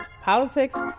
politics